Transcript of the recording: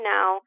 Now